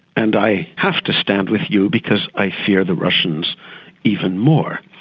and i have to stand with you because i fear the russians even more.